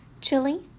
Chili